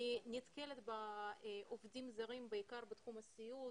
אני נתקלת בעובדים הזרים בעיקר בתחום הסיעוד,